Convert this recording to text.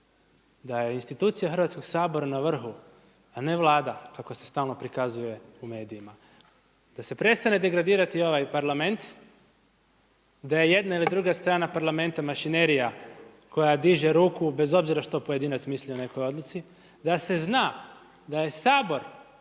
Da je institucija Hrvatskog sabora na vrhu a ne Vlada kako se stalno prikazuje u medijima. Da se prestane degradirati ovaj Parlament. Da i jedna ili druga strana Parlamenta mašinerija koja diže ruku, bez obzira što pojedinac mislio o nekoj odluci. Da se zna, da je Sabor